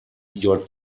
your